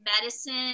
medicine